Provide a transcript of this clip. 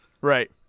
Right